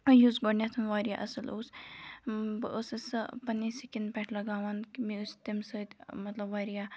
یُس گۄڈنٮ۪تھ واریاہ اَصٕل اوس بہٕ ٲسٕس سۄ پنٛنہِ سِکِن پٮ۪ٹھ لگاوان مےٚ ٲسۍ تمہِ سۭتۍ مطلب واریاہ